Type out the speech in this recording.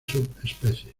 subespecies